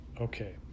Okay